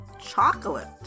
chocolate